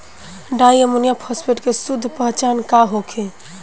Di ammonium phosphate के शुद्ध पहचान का होखे?